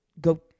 go